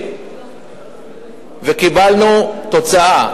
וקיבלנו תוצאה,